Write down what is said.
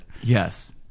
Yes